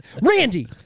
Randy